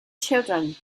children